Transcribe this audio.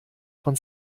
von